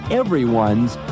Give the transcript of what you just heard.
everyone's